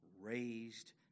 raised